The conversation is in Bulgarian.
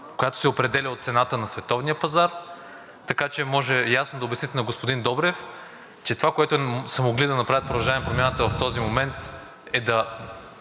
която се определя от цената на световния пазар, така че може ясно да обясните на господин Добрев, че това, което са могли да направят „Продължаваме Промяната“ в този момент, е да